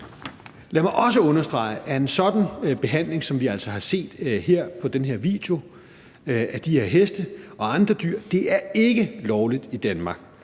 Lad mig også understrege, at en sådan behandling, som vi altså har set på den her video, af de her heste og andre dyr ikke er lovlig i Danmark.